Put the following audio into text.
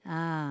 ah